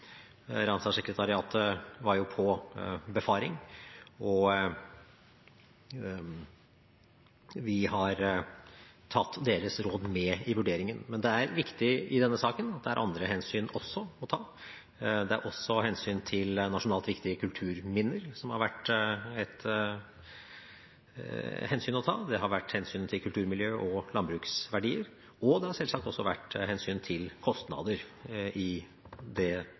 på befaring, og vi har tatt deres råd med i vurderingen. Men det er viktig i denne saken at det er andre hensyn å ta også. Det er hensynet til nasjonalt viktige kulturminner, som har vært ett hensyn å ta. Man har også måttet ta hensyn til kulturmiljø og landbruksverdier. Det har selvsagt også vært et hensyn å ta til kostnader i det